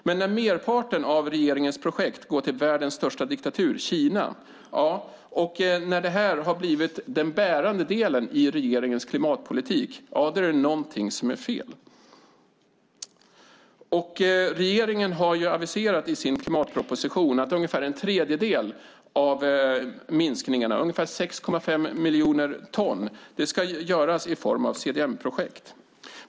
Men när merparten av regeringens projekt går till världens största diktatur, Kina, och när det här har blivit den bärande delen i regeringens klimatpolitik är det någonting som är fel. Regeringen har aviserat i sin klimatproposition att ungefär en tredjedel av minskningarna, 6,5 miljoner ton, ska ske i form av CDM-projekt.